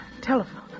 telephone